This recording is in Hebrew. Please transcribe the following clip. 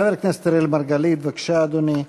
חבר הכנסת אראל מרגלית, בבקשה, אדוני.